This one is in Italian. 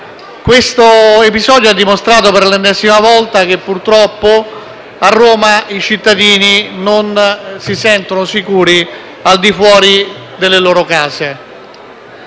Questo episodio ha dimostrato per l'ennesima volta che, purtroppo, a Roma i cittadini non si sentono sicuri al di fuori delle loro case.